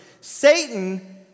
Satan